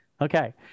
Okay